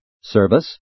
service